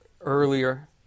earlier